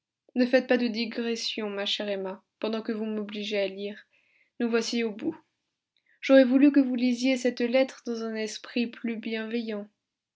ne faites pas de digression ma chère emma pendant que vous m'obligez à lire nous voici au bout j'aurais voulu que vous lisiez cette lettre dans un esprit plus bienveillant